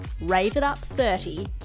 RAVEITUP30